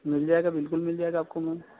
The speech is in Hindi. मिल जाएगा बिल्कुल मिल जाएगा आपको मैम